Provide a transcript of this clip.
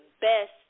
best